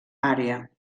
àrea